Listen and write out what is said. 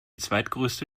zweitgrößte